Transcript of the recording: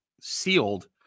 sealed